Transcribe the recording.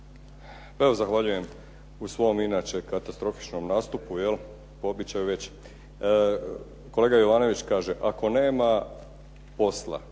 Evo zahvaljujem u svom inače katastrofičnom nastupu, jel' po običaju već. Kolega Jovanović kaže: “Ako nema posla